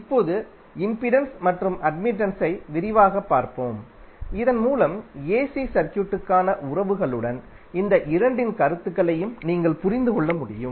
இப்போது இம்பிடன்ஸ் மற்றும் அட்மிடன்ஸை விரிவாகப் பார்ப்போம் இதன் மூலம் ஏசி சர்க்யூட்க்கான உறவுகளுடன் இந்த இரண்டின் கருத்துகளையும் நீங்கள் புரிந்து கொள்ள முடியும்